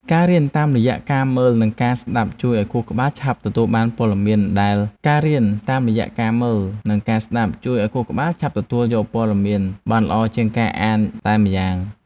ការរៀនតាមរយៈការមើល និងការស្តាប់ជួយឱ្យខួរក្បាលឆាប់ទទួលយកព័ត៌មានបានល្អជាងការអានសៀវភៅតែម្យ៉ាង។